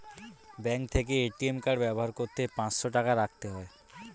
bank থেকে ATM card ব্যবহার করতে পাঁচশো টাকা রাখতে হয়